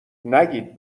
نگید